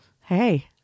hey